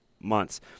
months